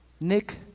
Nick